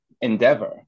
endeavor